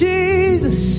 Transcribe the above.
Jesus